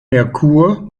merkur